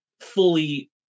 fully